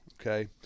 Okay